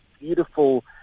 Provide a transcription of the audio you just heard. beautiful